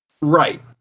Right